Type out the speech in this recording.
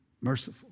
merciful